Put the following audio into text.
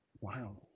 Wow